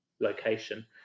location